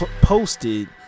posted